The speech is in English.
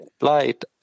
light